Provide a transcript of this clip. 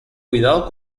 cuidado